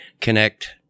connect